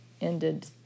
ended